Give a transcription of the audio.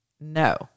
No